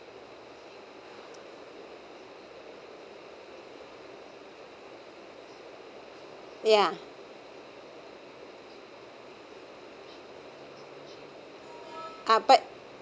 ya uh but